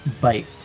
bite